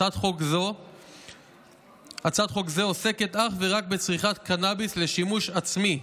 הצעת חוק זו עוסקת אך ורק בצריכת קנביס לשימוש עצמי.